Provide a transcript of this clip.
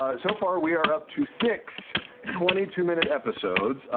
ah so far we are up to six twenty two minute episodes.